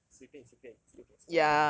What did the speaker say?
随便随便 still can score well